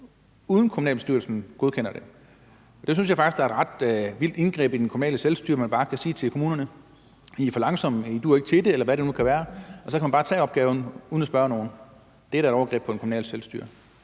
uden at kommunalbestyrelsen godkender det. Det synes jeg faktisk er et ret vildt indgreb i det kommunale selvstyre, altså at man bare kan sige til kommunerne: I er for langsomme, I duer ikke til det, eller hvad det nu kan være. Og så kan ministeren bare tage opgaven uden at spørge nogen. Det er da et overgreb på det kommunale selvstyre.